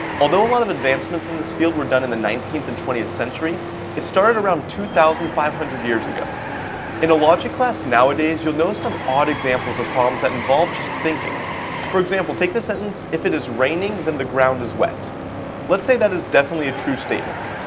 although a lot of advancements in this field were done in the nineteenth and twentieth century it started around two thousand five hundred years ago in a logic class nowadays you'll notice some odd examples of problems that involve just thinking for example take the sentence if it is raining then the ground is wet let's say that is definitely a true statement.